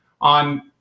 on